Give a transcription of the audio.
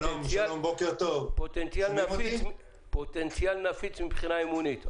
פוטנציאל נפיץ מבחינה אמונית.